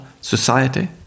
society